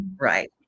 right